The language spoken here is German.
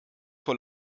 vor